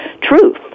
truth